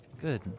good